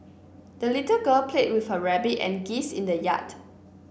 the little girl played with her rabbit and geese in the yard